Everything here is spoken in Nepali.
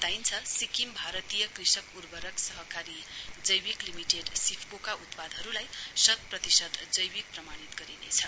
बताइन्छ सिक्किम भारतीय कृषक उर्वरक सहकारी जैविक लिमिटेड एसआइएफसीओ का उत्पादहरूलाई शत प्रतिशत जैविक प्रमाणित गरिनेछ